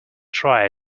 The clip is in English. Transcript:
try